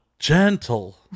Gentle